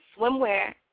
swimwear